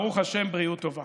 ברוך השם, בריאות טובה.